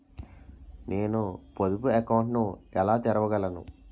నేను పొదుపు అకౌంట్ను ఎలా తెరవగలను?